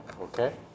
Okay